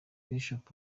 bishop